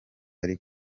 ari